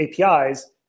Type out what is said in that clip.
APIs